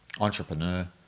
entrepreneur